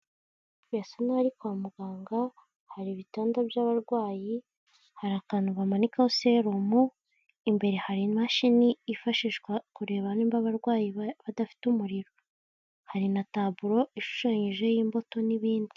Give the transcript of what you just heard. Bisa nk'aho ari kwa muganga. Hari ibitanda by'abarwayi, hari akantu bamanikaho serumu, imbere hari imashini ifashishwa kureba niba abarwayi badafite umuriro, hari na taburo ishushanyijeho imbuto n'ibindi.